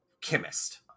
chemist